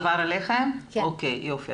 או.קיי.